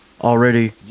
already